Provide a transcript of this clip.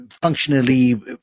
functionally